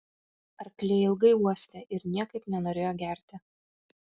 arkliai ilgai uostė ir niekaip nenorėjo gerti